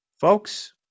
Folks